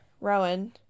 Rowan